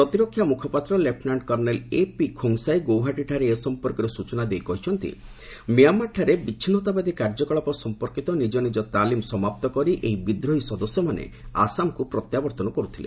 ପ୍ରତିରକ୍ଷା ମୁଖପାତ୍ର lieutenant colonel A P Khongsai ଗୌହାଟୀଠାରେ ଏ ସମ୍ପର୍କରେ ସୂଚନା ଦେଇ କହିଛନ୍ତି ମ୍ୟାମାର୍ଠାରେ ବିଚ୍ଛିନ୍ନତାବାଦୀ କାର୍ଯ୍ୟକଳାପ ସମ୍ପର୍କିତ ନିଜ ନିଜ ତାଲିମ୍ ସମାପ୍ତ କରି ଏହି ବିଦ୍ରୋହୀ ସଦସ୍ୟମାନେ ଆସାମକ୍ର ପ୍ରତ୍ୟାବର୍ତ୍ତନ କର୍ତ୍ତଲେ